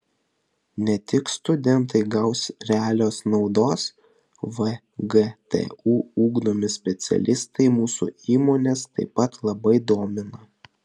ne tik studentai gaus realios naudos vgtu ugdomi specialistai mūsų įmones taip pat labai domina